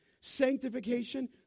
sanctification